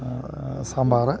sambar